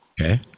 Okay